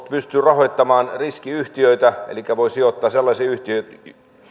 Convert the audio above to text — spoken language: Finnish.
pystyy rahoittamaan riskiyhtiöitä elikkä voi sijoittaa sellaisiin yhtiöihin